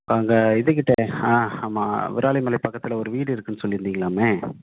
இப்போ அங்கே இதுக்கிட்ட ஆ ஆமாம் விராலிமலை பக்கத்தில் ஒரு வீடு இருக்குன்னு சொல்லிருந்திங்களாமே